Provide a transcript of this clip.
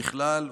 ככלל,